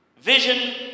Vision